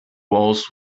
walls